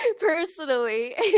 personally